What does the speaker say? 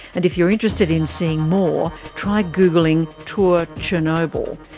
and if you're interested in seeing more, try googling tour chernobyl.